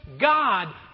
God